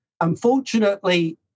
Unfortunately